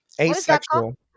Asexual